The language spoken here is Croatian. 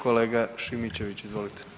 Kolega Šimičević, izvolite.